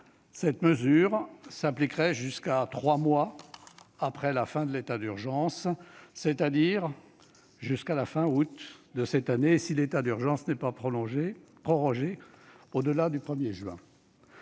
Cette mesure s'appliquerait jusqu'à trois mois après la fin de l'état d'urgence, c'est-à-dire jusqu'à la fin août de cette année si l'état d'urgence n'est pas prorogé au-delà du 1 juin.